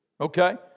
Okay